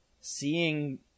seeing